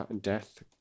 Death